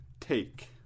take